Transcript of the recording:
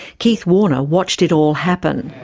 keith warner watched it all happen.